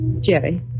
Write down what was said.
Jerry